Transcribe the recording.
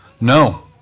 No